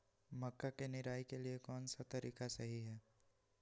मक्का के निराई के लिए कौन सा तरीका सही है?